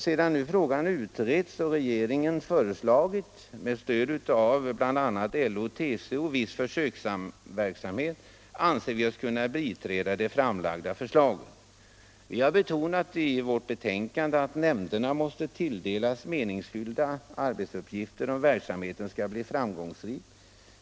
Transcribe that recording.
Sedan frågan nu utretts och regeringen föreslagit — med stöd av bl.a. LO och TCO - viss försöksverksamhet anser vi oss kunna biträda det framlagda förslaget. Vi har betonat i vårt betänkande att nämnderna måste tilldelas meningsfylida arbetsuppgifter för att verksamheten skall bli framgångsrik.